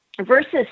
versus